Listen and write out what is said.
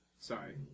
Sorry